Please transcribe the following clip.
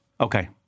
Okay